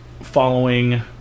following